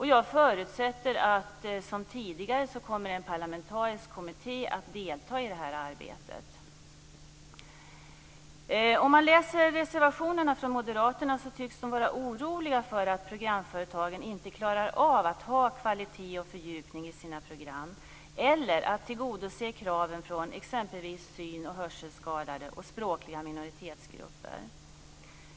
Jag förutsätter att en parlamentarisk kommitté som tidigare kommer att delta i arbetet. Om man läser moderaternas reservationer ser man att de tycks vara oroliga för att programföretagen inte klarar av att ha kvalitet och fördjupning i sina program eller att tillgodose kraven från exempelvis synoch hörselskadade och språkliga minoritetsgrupper.